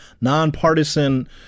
nonpartisan